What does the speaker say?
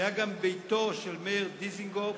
שהיה גם ביתו של מאיר דיזנגוף,